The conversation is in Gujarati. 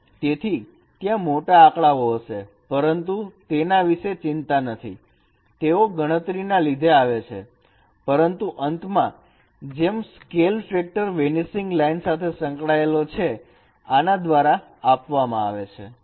તેથી ત્યાં મોટા આંકડાઓ હશે પરંતુ તેના વિશે ચિંતા નથી તેઓ ગણતરી ના લીધે આવે છે પરંતુ અંતમાં જેમ સ્કેલ ફેક્ટર વેનીસિંગ લાઇન સાથે સંકળાયેલો છે જે આના દ્વારા આપવામાં આવે છે